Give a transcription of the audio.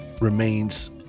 remains